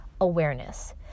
Awareness